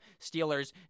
Steelers